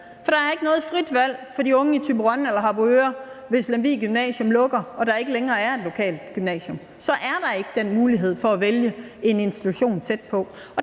For der er ikke noget frit valg for de unge i Thyborøn eller Harboøre, hvis Lemvig Gymnasium lukker og der ikke længere er et lokalt gymnasium. Så er der ikke den mulighed for at vælge en institution tæt på.